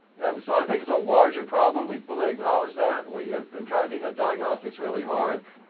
and so, i think it's a larger problem, we fully acknowledge that we have been trying to hit diagnostics really hard,